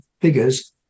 figures